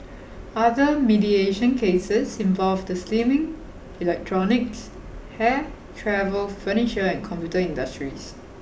other mediation cases involved the slimming electronics hair travel furniture and computer industries